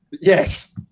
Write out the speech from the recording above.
Yes